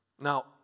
Now